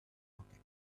market